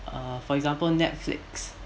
uh for example Netflix